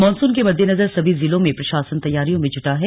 monsoon के मद्देनजर सभी जिलों में प्रशासन तैयारियों में जुटा है